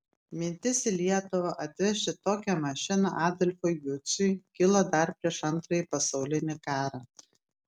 mintis į lietuvą atvežti tokią mašiną adolfui juciui kilo dar prieš antrąjį pasaulinį karą